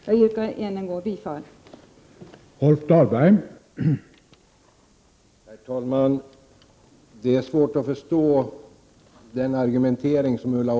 Jag yrkar än en gång bifall till reservationen.